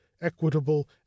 equitable